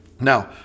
Now